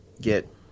get